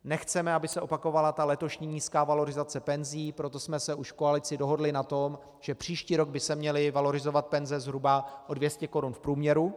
Nechceme, aby se opakovala letošní nízká valorizace penzí, proto jsme se už v koalici dohodli na tom, že příští rok by se měly valorizovat penze zhruba o 200 korun v průměru.